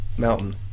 Mountain